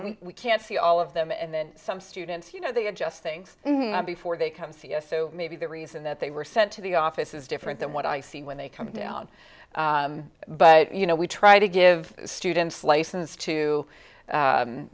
so we can see all of them and then some students you know they adjust things before they come see us so maybe the reason that they were sent to the office is different than what i see when they come in but you know we try to give students license to